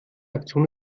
aktion